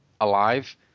alive –